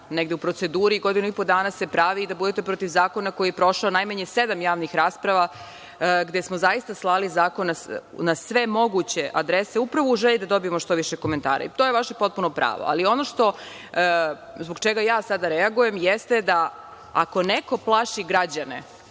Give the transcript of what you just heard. negde u proceduri, godinu i po dana se pravi i da budete protiv zakona koji je prošao najmanje sedam javnih rasprava gde smo zaista slali zakon na sve moguće adrese, upravo u želji da dobijemo što više komentara. To je vaše potpuno pravo. Ono zbog čega sada reagujem jeste da ako neko plaši građane